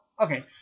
Okay